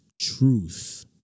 truth